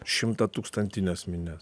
šimtatūkstantines minias